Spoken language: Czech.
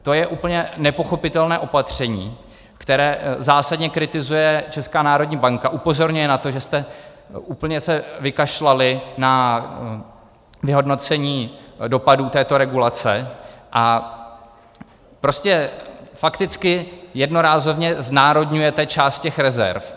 To je úplně nepochopitelné opatření, které zásadně kritizuje Česká národní banka, upozorňuje na to, že jste se úplně vykašlali na vyhodnocení dopadů této regulace, a prostě fakticky jednorázově znárodňujete část těch rezerv.